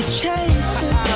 chasing